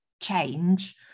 change